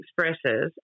expresses